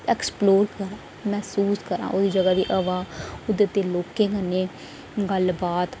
explore करांऽ मैसूस करांऽ उस जगह् ई उस जगह् दी हवा उद्धर दे लोकें कन्नै गल्ल बात